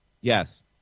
Yes